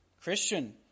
Christian